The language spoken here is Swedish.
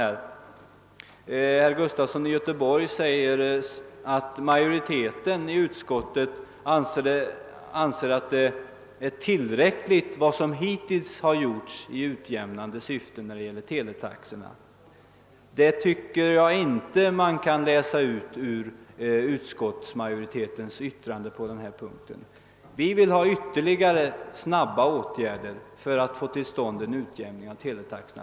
Herr Gustafson i Göteborg säger att majoriteten i utskottet anser att vad som hittills har gjorts i utjämnande syfte när det gäller teletaxorna är tillräckligt. Det tycker jag inte man kan utläsa ur utskottsmajoritetens yttrande. Det framgår klart av skrivningen att vi önskar ytterligare snara åtgärder med syfte att få till stånd en utjämning.